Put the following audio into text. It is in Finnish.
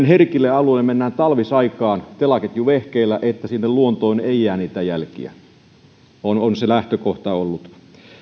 herkille alueille mennään talvisaikaan telaketjuvehkeillä että sinne luontoon ei jää jälkiä on on se lähtökohta ollut